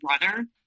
runner